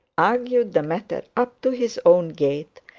argued the matter up to his own gate,